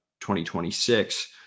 2026